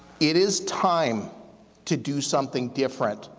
it is time to do something different.